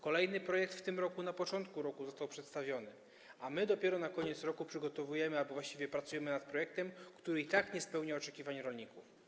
Kolejny projekt na początku tego roku został przedstawiony, a my dopiero na koniec roku przygotowujemy, właściwie pracujemy nad projektem, który i tak nie spełnia oczekiwań rolników.